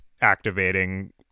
activating